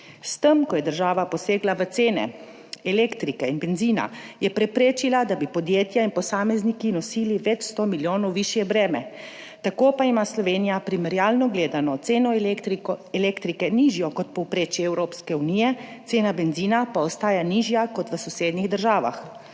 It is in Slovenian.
S tem, ko je država posegla v cene elektrike in bencina, je preprečila, da bi podjetja in posamezniki nosili več 100 milijonov višje breme. Tako pa ima Slovenija primerjalno gledano ceno elektrike nižjo kot povprečje Evropske unije, cena bencina pa ostaja nižja kot v sosednjih državah.